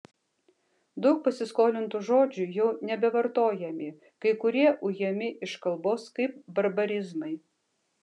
daug pasiskolintų žodžių jau nebevartojami kai kurie ujami iš kalbos kaip barbarizmai